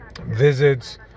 visits